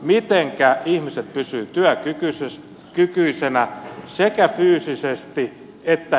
mitenkä ihmiset pysyvät työkykyisinä sekä fyysisesti että henkisesti